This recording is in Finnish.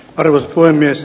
arvoisa puhemies